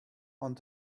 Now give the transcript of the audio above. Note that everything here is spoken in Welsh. ond